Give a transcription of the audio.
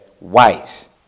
wise